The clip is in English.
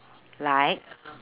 like